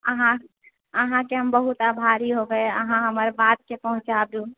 अहाँ अहाँकेँ हम बहुत आभारी होबए अहाँ हमर बातके पहुँचा दू